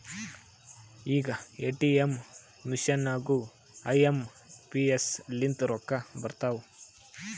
ಈಗ ATM machine ನಾಗೂ I M P S ಲಿಂತೆ ರೊಕ್ಕಾ ಬರ್ತಾವ್